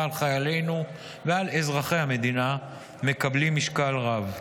על חיילינו ועל אזרחי המדינה מקבלים משקל רב.